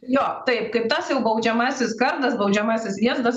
jo taip kaip tas jau baudžiamasis kardas baudžiamasis vėzdas